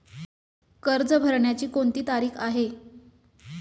कर्ज भरण्याची कोणती तारीख आहे?